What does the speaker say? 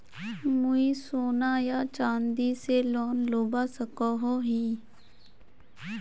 मुई सोना या चाँदी से लोन लुबा सकोहो ही?